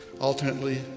alternately